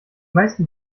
meisten